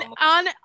on